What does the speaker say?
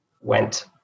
went